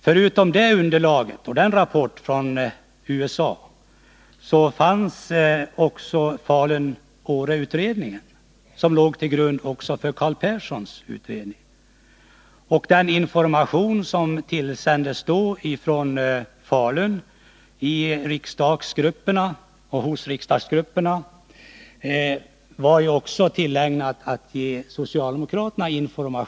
Förutom detta underlag och rapporten från USA fanns också Falun-Åre-utredningen, som också låg till grund för Carl Perssons utredning. Denna information fanns hos riksdagsgrupperna, även hos socialdemokraterna.